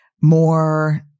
more